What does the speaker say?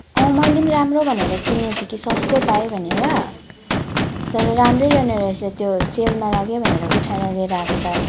अँ मैले पनि राम्रो भनेर किनेको थिएँ कि सस्तो पाएँ भनेर तर राम्रै रहेन रहेछ त्यो सेलमा लागेर उठाएर लिएर आएको त